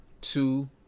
two